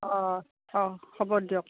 অঁ অঁ হ'ব দিয়ক